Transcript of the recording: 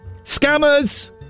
scammers